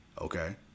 okay